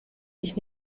ich